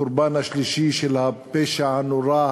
הקורבן השלישי של הפשע הנורא,